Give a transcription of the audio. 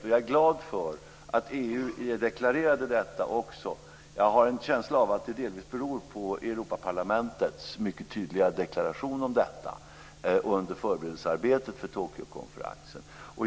Och jag är glad över att EU deklarerade detta också. Jag har en känsla av att det delvis beror på Europaparlamentets mycket tydliga deklaration om detta under förberedelsearbetet inför Tokyokonferensen.